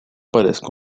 parezca